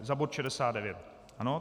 Za bod 69, ano?